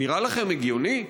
נראה לכם הגיוני?